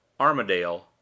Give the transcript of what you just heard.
Armadale